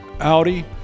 Audi